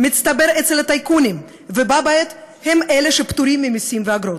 מצטבר אצל טייקונים ובה בעת הם אלה שפטורים ממסים ואגרות.